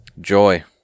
Joy